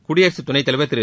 குடியரகத் துணைத்தலைவர் திரு